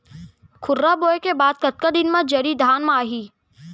खुर्रा बोए के बाद कतका दिन म जरी धान म आही?